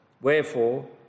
Wherefore